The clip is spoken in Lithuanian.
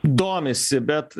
domisi bet